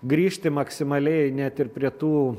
grįžti maksimaliai net ir prie tų